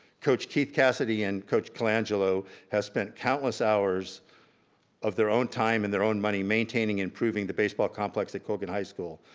coach keith cassidy and coach colangelo have spent countless hours of their own time and their own money maintaining and improving the baseball complex at colgan high school.